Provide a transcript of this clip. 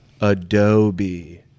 Adobe